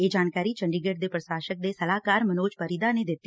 ਇਹ ਜਾਣਕਾਰੀ ਚੰਡੀਗੜ੍ਹ ਦੇ ਪ੍ਸ਼ਾਸਕ ਦੇ ਸਲਾਹਕਾਰ ਮਨੋਜ ਪਰਿਦਾ ਨੇ ਦਿੱਤੀ